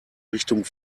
richtung